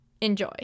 Enjoy